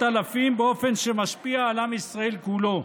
אלפים באופן שמשפיע על עם ישראל כולו.